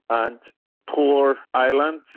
and poor island.